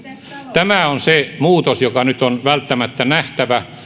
tämä on se muutos joka nyt on välttämättä nähtävä